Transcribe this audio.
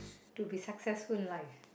to be successful in life